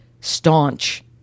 staunch